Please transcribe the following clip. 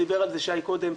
דיבר על זה שי קודם.